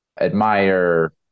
admire